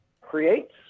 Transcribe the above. creates